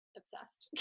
obsessed